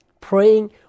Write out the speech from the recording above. Praying